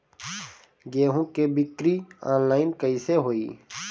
गेहूं के बिक्री आनलाइन कइसे होई?